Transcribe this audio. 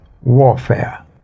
warfare